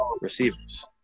receivers